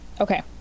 Okay